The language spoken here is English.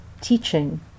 teaching